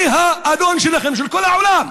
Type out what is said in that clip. אני האדון שלכם, של כל העולם.